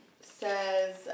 says